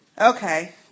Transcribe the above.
Okay